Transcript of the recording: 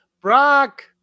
Brock